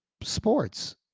sports